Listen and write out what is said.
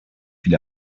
viel